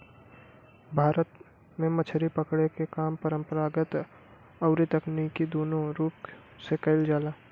भारत में मछरी पकड़े के काम परंपरागत अउरी तकनीकी दूनो रूप से कईल जाला